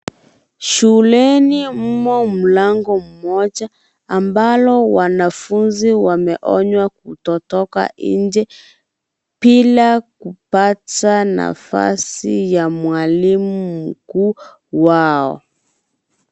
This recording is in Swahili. Shuleni mumo mlango mmoja, ambalo wanafunzi wameonywa kutotoka nje, bila kupata nafasi ya mwalimu mkuu wao.